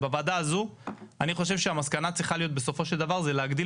בוועדה הזו אני חושב שהמסקנה צריכה להיות בסופו של דבר להגדיל